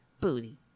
Booty